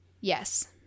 Yes